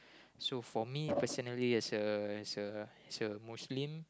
so for me personally as a as a as a Muslim